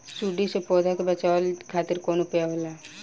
सुंडी से पौधा के बचावल खातिर कौन उपाय होला?